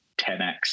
10x